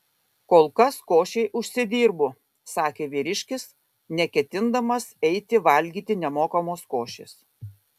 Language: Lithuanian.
kol kas košei užsidirbu sakė vyriškis neketindamas eiti valgyti nemokamos košės